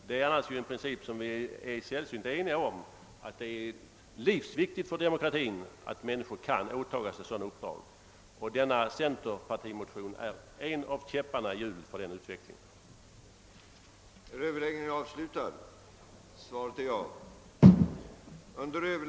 Vi är annars sällsynt eniga om att det är livsviktigt för en demokrati att medborgarna kan åta sig sådana uppdrag, men denna centerpartimotion är en av käpparna i hjulen när det gäller att handla efter den principen.